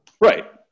Right